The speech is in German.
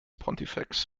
pontifex